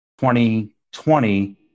2020